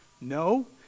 No